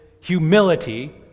humility